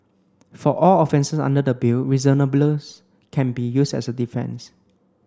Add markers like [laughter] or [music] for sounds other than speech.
for all offences under the bill [unintelligible] can be used as a defence